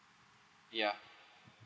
ya